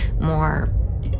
more